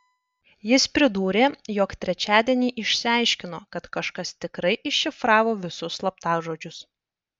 jis pridūrė jog trečiadienį išsiaiškino kad kažkas tikrai iššifravo visus slaptažodžius